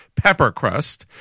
Peppercrust